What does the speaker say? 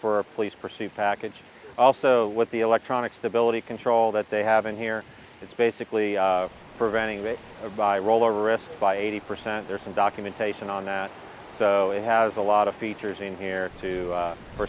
for police pursuit package also with the electronic stability control that they have in here it's basically preventing that by rollover risk by eighty percent there's some documentation on that so it has a lot of features in here too for